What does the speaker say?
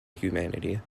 humanity